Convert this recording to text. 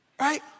Right